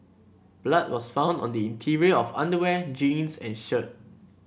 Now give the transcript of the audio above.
blood was found on the interior of underwear jeans and shirt